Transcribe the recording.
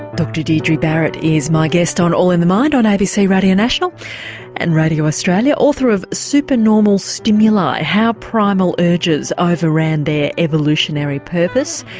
dr deidre barrett is my guest on all in the mind on abc radio national and radio australia, author of supernormal stimuli how primal urges overran their evolutionary purpose.